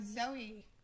Zoe